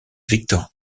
victor